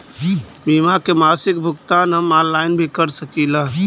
बीमा के मासिक भुगतान हम ऑनलाइन भी कर सकीला?